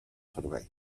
servei